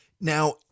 Now